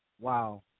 wow